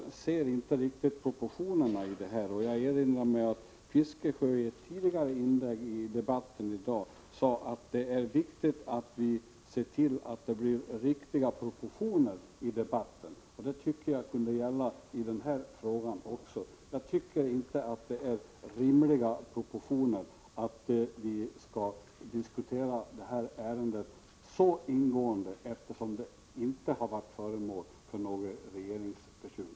Jag ser inte riktigt logiken i detta. Jag erinrar mig att Bertil Fiskesjö i ett tidigare inlägg i debatten sade att det är viktigt att vi ser till att debatten får rimliga proportioner. Det borde kunna gälla också för den här frågan. Jag tycker inte att det är att iaktta rimliga proportioner om man diskuterar det här ärendet alltför ingående, eftersom det inte — jag upprepar det — har varit föremål för något regeringsbeslut.